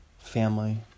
Family